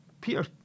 Peter